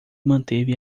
manteve